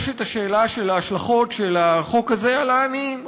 יש את השאלה של ההשלכות של החוק הזה על העניים,